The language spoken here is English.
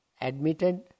admitted